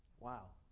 wow.